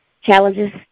challenges